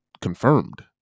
confirmed